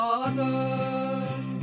others